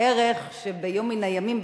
ערך שביום מן הימים,